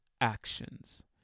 actions